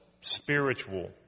spiritual